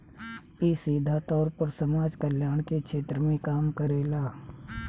इ सीधा तौर पर समाज कल्याण के क्षेत्र में काम करेला